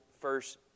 first